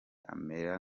amera